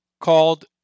called